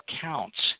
counts